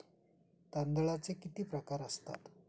तांदळाचे किती प्रकार असतात?